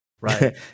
Right